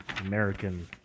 American